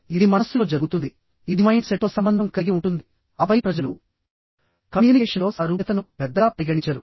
ఇది మనస్సులో జరుగుతుందిఇది మైండ్ సెట్తో సంబంధం కలిగి ఉంటుందిఆపై ప్రజలు కమ్యూనికేషన్లో సారూప్యతను పెద్దగా పరిగణించరు